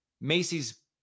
Macy's